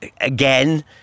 again